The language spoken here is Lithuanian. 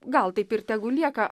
gal taip ir tegu lieka